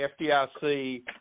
FDIC